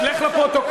אז לך לפרוטוקול.